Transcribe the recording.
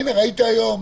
הנה ראית היום